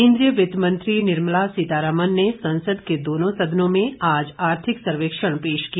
केंद्रीय वित्त मंत्री निर्मला सीतारामन ने संसद के दोनों सदनों में आज आर्थिक सर्वेक्षण पेश किया